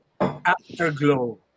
Afterglow